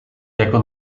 jako